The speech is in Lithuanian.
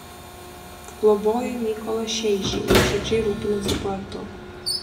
globojo mykolą šeižį nuoširdžiai rūpinosi poetu